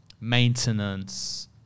maintenance